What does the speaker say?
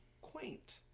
Quaint